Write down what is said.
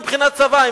מבחינת צבא,